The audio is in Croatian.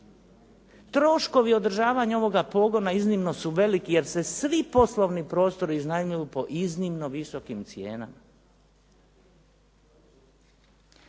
Troškovi održavanja ovoga pogona iznimno su veliki, jer se svi poslovni prostori iznajmljuju po iznimno visokim cijenama.